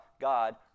God